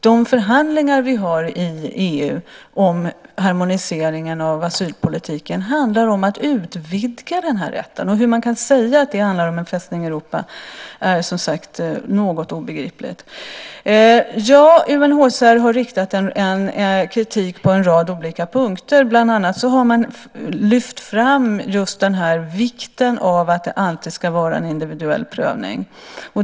De förhandlingar vi har i EU om harmoniseringen av asylpolitiken handlar om att utvidga den här rätten. Hur man kan säga att det handlar om en "Fästning Europa" är som sagt något obegripligt. Ja, UNHCR har riktat kritik på en rad olika punkter. Bland annat har man lyft fram just vikten av att det alltid ska vara en individuell prövning.